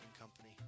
company